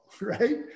right